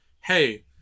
Hey